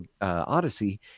Odyssey